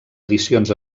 edicions